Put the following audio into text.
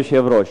כבוד היושב-ראש,